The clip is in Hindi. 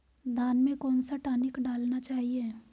धान में कौन सा टॉनिक डालना चाहिए?